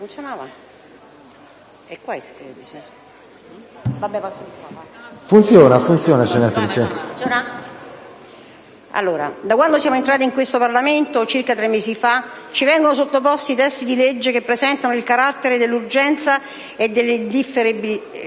onorevoli senatrici e senatori, da quando siamo entrati in questo Senato, circa tre mesi fa, ci vengono sottoposti testi di legge che presentano il carattere dell'urgenza e dell'indifferibilità.